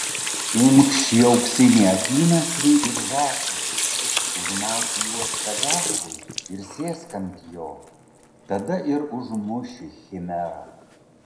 imk šį auksinį apynasrį ir žąslus užmauk juos pegasui ir sėsk ant jo tada ir užmuši chimerą